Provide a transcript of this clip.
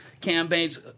campaigns